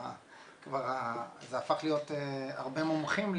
זה הפך להיות הרבה מומחים.